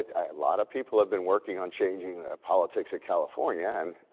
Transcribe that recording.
a lot of people have been working on changing the politics of california and